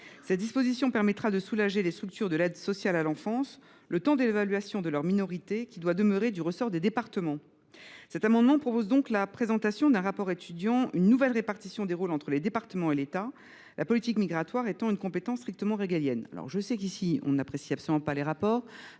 Cette disposition permettrait de soulager les structures de l’aide sociale à l’enfance, le temps de l’évaluation de leur minorité, qui doit demeurer du ressort des départements. Cet amendement tend donc à demander un rapport étudiant une nouvelle répartition des rôles entre les départements et l’État, la politique migratoire étant une compétence strictement régalienne. Je le sais, le Sénat n’apprécie pas du tout les demandes